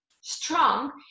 strong